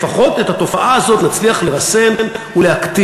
לפחות את התופעה הזאת נצליח לרסן ולהקטין.